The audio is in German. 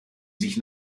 sich